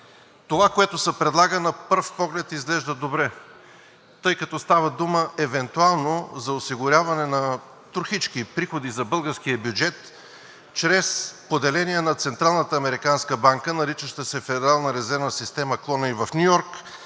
Това, което се предлага, на пръв поглед изглежда добре, тъй като става дума евентуално за осигуряване на трохички приходи за българския бюджет чрез поделение на Централната американска банка, наричаща се Федерална резервна система – клона ѝ в Ню Йорк,